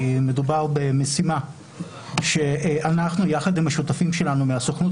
מדובר במשימה שאנחנו יחד עם השותפים שלנו מהסוכנות